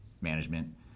management